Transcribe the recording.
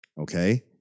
Okay